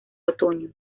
otoño